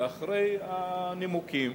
ואחרי הנימוקים